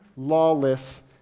lawless